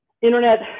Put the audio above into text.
internet